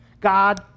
God